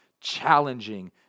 challenging